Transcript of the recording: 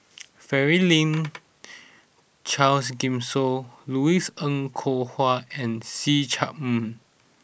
Franklin Charles Gimson Louis Ng Kok Kwang and See Chak Mun